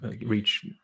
reach